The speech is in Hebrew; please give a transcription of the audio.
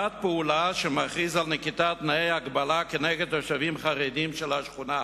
ועד פעולה שמכריז על נקיטת תנאי הגבלה כנגד תושבים חרדים של השכונה,